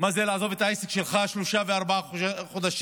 מה זה לעזוב את העסק שלך שלושה וארבעה וחודשים,